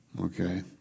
Okay